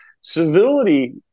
Civility